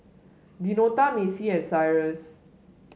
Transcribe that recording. Deonta Macy and Cyrus